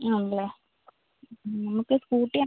ആണല്ലേ മ് നമുക്ക് സ്കൂട്ടി ആണ്